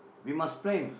we must plan